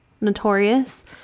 notorious